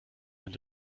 wenn